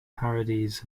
parodies